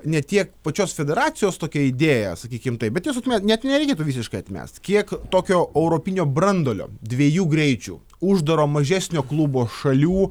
ne tiek pačios federacijos tokią idėją sakykim taip bet jos atmest net nereikėtų visiškai atmest kiek tokio europinio branduolio dviejų greičių uždaro mažesnio klubo šalių